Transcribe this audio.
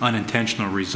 unintentional res